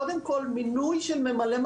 קודם כל מינוי של ממלא-מקום,